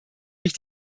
mich